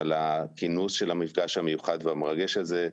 על הכינוס של המפגש המיוחד והמרגש הזה.